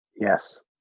Yes